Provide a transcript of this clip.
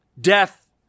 Death